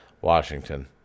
Washington